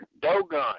Dogon